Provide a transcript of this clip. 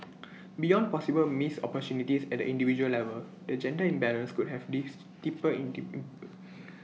beyond possible missed opportunities at the individual level the gender imbalance could have lest deeper in